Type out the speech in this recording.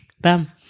Bam